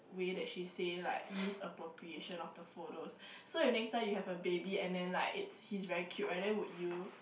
way that she say like misappropriation of the photos so you next time you have a baby and then like it's he's very cute right then would you